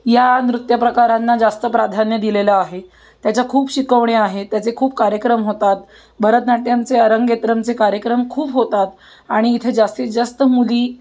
या नृत्यप्रकारांना जास्त प्राधान्य दिलेलं आहे त्याच्या खूप शिकवण्या आहेत त्याचे खूप कार्यक्रम होतात भरतनाट्यमचे अरंगेत्रमचे कार्यक्रम खूप होतात आणि इथे जास्तीत जास्त मुली